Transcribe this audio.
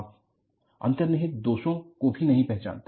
आप अंतर्निहित दोषो को भी नहीं पहचानते